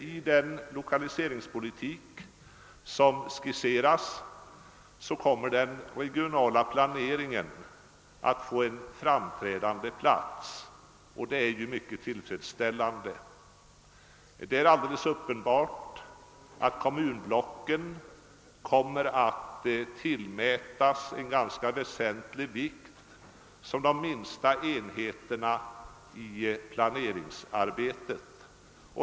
I den lokaliseringspolitik som skisseras kommer den regionala planeringen att få en framträdande plats, och det är ju mycket tillfredsställande. Det är alldeles uppenbart att kommunblocken kommer att tillmätas en ganska väsentlig vikt som de minsta enheterna i planeringsarbetet.